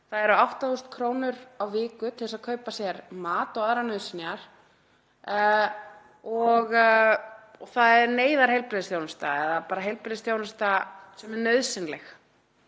Það eru 8.000 kr. á viku til að kaupa sér mat og aðrar nauðsynjar og það er neyðarheilbrigðisþjónusta, eða bara heilbrigðisþjónusta sem er nauðsynleg.